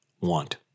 want